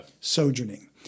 sojourning